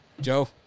Joe